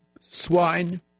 swine